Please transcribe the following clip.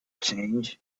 change